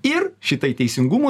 ir šitai teisingumo